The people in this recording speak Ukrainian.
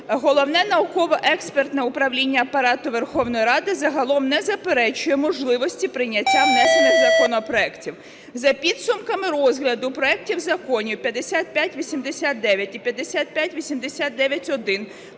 Головне науково-експертне управління Апарату Верховної Ради загалом не заперечує можливості прийняття внесених законопроектів. За підсумками розгляду проектів законів 5589 і 5589-1